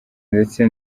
ndetse